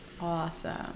awesome